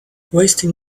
wasting